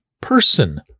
person